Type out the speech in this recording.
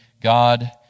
God